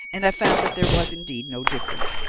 and i found that there was indeed no difference,